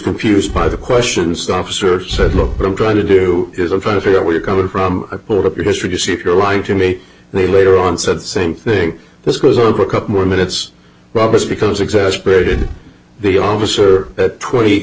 confused by the questions officer said look what i'm trying to do is i'm trying to figure out where you're coming from i pulled up your history to see if you're lying to me they later on said the same thing this goes on for a couple more minutes robert because exasperated the officer at twenty